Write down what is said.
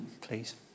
please